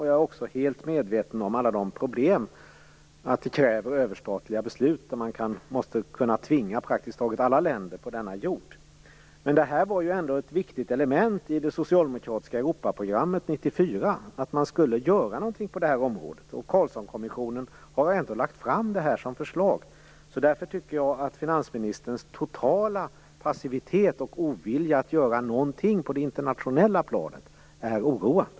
Jag är också helt medveten om alla problem och att det kräver överstatliga beslut. Man måste kunna tvinga praktiskt taget alla länder på denna jord. Men det var ändå ett viktigt element i det socialdemokratiska Europaprogrammet 94. att man skulle göra någonting på det här området. Carlssonkommissionen har ändå lagt fram det här som förslag. Därför tycker jag att finansministerns totala passivitet och ovilja att göra någonting på det internationella planet är oroande.